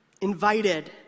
invited